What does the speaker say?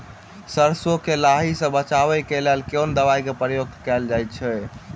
सैरसो केँ लाही सऽ बचाब केँ लेल केँ दवाई केँ प्रयोग कैल जाएँ छैय?